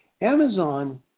Amazon